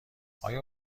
آیا